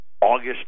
August